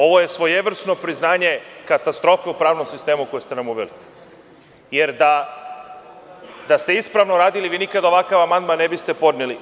Ovo je svojevrsno priznanje katastrofe u pravnom sistemu koji ste nam uveli jer da ste ispravno radili, vi nikad ovakav amandman ne biste podneli.